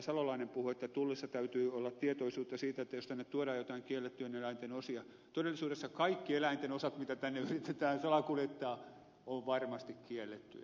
salolainen puhui että tullissa täytyy olla tietoisuutta siitä jos tänne tuodaan joitain kiellettyjen eläinten osia todellisuudessa kaikki eläinten osat mitä tänne yritetään salakuljettaa ovat varmasti kiellettyjä